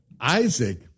Isaac